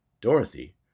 Dorothy